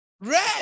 red